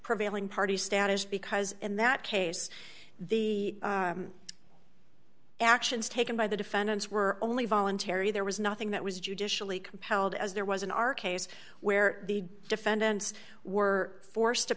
prevailing party status because in that case the actions taken by the defendants were only voluntary there was nothing that was judicially compelled as there was in our case where the defendants were forced to